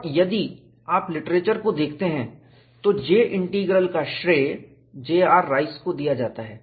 और यदि आप लिटरेचर को देखते हैं तो J इंटीग्रल का श्रेय J R Rice J R Rice को दिया जाता है